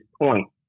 point